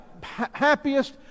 happiest